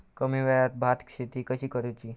कमी वेळात भात शेती कशी करुची?